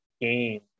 game